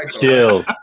chill